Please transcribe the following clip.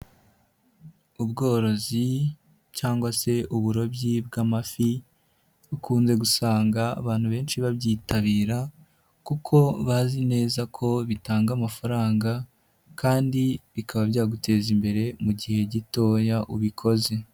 Ubworozi cyangwa se uburobyi bw'amafi ,ukunze gusanga abantu benshi babyitabira, kuko bazi neza ko bitanga amafaranga, kandi bikaba byaguteza imbere mu gihe gitoya ubikoze.